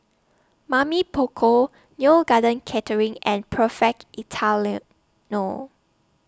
Mamy Poko Neo Garden Catering and Perfect Italiano